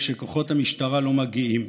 כשכוחות המשטרה לא מגיעים,